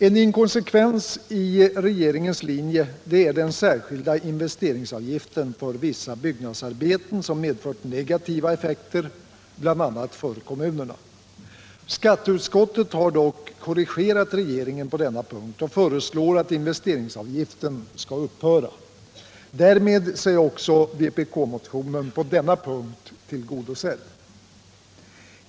En inkonsekvens i regeringens linje är den särskilda investeringsavgiften för vissa byggnadsarbeten, som medfört negativa effekter, bl.a. för kommunerna. Skatteutskottet har dock korrigerat regeringen på denna punkt och föreslår att investeringsavgiften skall upphöra. Därmed är också vpk-motionen på denna punkt tillgodosedd.